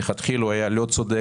מלכתחילה הוא היה לא צודק,